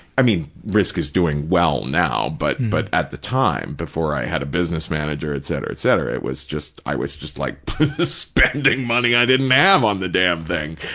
i mean, risk! is doing well now, but but at the time, before i had a business manager, etc, etc, it was just, i was just like spending money i didn't have on the damn thing.